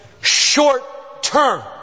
short-term